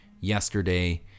yesterday